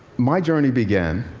my journey began